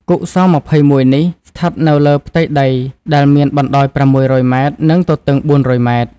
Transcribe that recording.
គុក ស.២១នេះ ស្ថិតនៅលើផ្ទៃដីដែលមានបណ្តោយ៦០០ ម៉ែត្រ និងទទឹង៤០០ ម៉ែត្រ។